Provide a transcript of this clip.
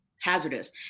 hazardous